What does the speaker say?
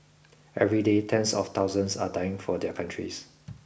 every day tens of thousands are dying for their countries